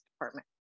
department